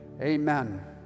amen